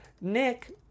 Nick